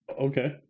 Okay